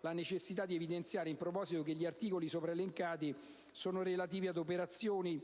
la necessità di evidenziare in proposito che gli articoli sopra elencati sono relativi ad operazioni